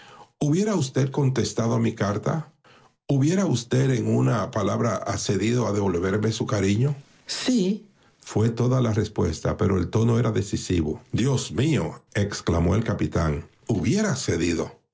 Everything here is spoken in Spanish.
hubiera usted contestado a mi carta hubiera usted en una palabra accedido a devolverme su cariño sífué toda la respuesta pero el tono era decisivo dios mío exclamó el